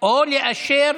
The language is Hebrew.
או לאשר